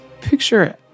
picture